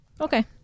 Okay